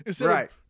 Right